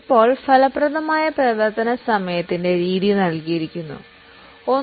ഇപ്പോൾ ഫലപ്രദമായ പ്രവർത്തന സമയത്തിന്റെ രീതി നൽകിയിട്ടുണ്ട്